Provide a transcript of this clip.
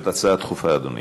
זאת הצעה דחופה, אדוני.